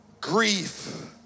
Grief